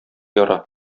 яра